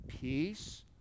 peace